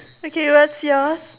okay what's yours